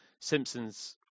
simpson's